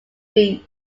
beach